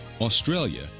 Australia